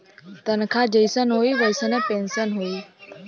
तनखा जइसन होई वइसने पेन्सन होई